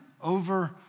over